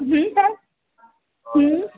sir